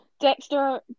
Dexter